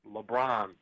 LeBron